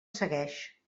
segueix